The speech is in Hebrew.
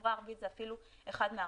ובחברה הערבית זה אפילו אחד מארבעה,